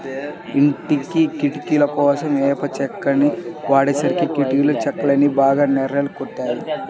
ఇంటి కిటికీలకోసం వేప చెక్కని వాడేసరికి కిటికీ చెక్కలన్నీ బాగా నెర్రలు గొట్టాయి